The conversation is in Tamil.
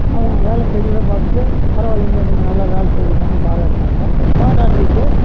நான் வேலை செய்யறத பார்த்துட்டு பரவாயில்லிங்க நீங்கள் நல்லா வேலை செய்யறீங்கன்னு பாராட்டினாங்க பாராட்டிட்டு